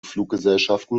fluggesellschaften